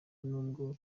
nubwo